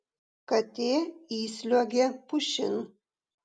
katė įsliuogė pušin